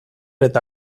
eta